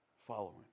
following